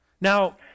Now